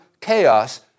chaos